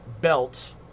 belt